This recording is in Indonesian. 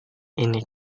ini